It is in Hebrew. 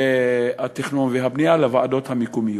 התכנון והבנייה, לוועדות המקומיות,